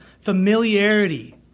familiarity